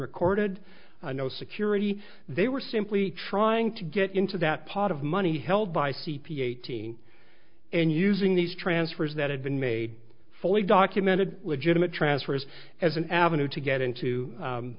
recorded no security they were simply trying to get into that pot of money held by c p a eighteen and using these transfers that had been made fully documented legitimate transfers as an avenue to get into